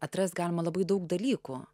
atrast galima labai daug dalykų